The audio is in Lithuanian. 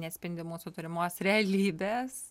neatspindi mūsų turimos realybės